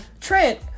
Trent